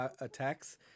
attacks